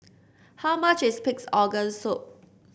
how much is Pig's Organ Soup